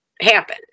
happen